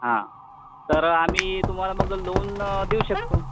हां तर आम्ही तुम्हाला मग लोन देऊ शकतो